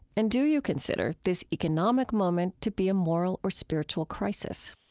and do you consider this economic moment to be a moral or spiritual crisis?